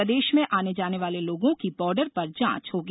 प्रदेश में आने जाने वाले लोगों की बॉर्डर पर जांच होगी